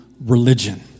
religion